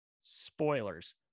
Spoilers